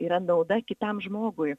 yra nauda kitam žmogui